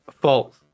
False